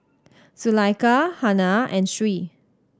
Zulaikha Hana and Sri